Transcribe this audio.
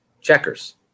Checkers